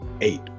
Eight